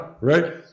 right